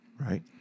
Right